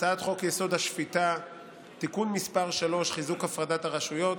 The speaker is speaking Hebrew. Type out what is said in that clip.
הצעת חוק-יסוד: השפיטה (תיקון מס' 3) (חיזוק הפרדת הרשויות),